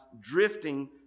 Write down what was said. drifting